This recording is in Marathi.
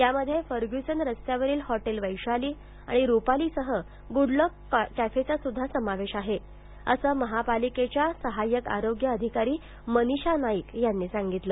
त्यामध्ये फर्ग्युसन रस्त्यावरील हॉटेल वैशाली रुपालीसह गुडलक कॅफेचा समावेश आहे असं महापालिकेच्या सहायक आरोग्य अधिकारी मनीषा नाईक यांनी सांगितलं